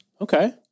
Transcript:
okay